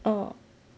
oh